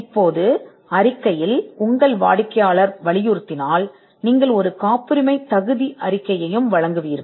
இப்போது அறிக்கையில் வாடிக்கையாளர் அதை வலியுறுத்தினால் காப்புரிமை அறிக்கையை வழங்குவீர்கள்